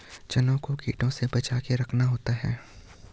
चनों को कीटों से बचाके रखना होता है